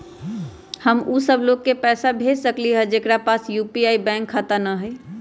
हम उ सब लोग के पैसा भेज सकली ह जेकरा पास यू.पी.आई बैंक खाता न हई?